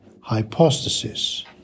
hypostasis